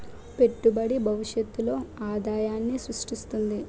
పెట్టుబడి భవిష్యత్తులో ఆదాయాన్ని స్రృష్టిస్తుంది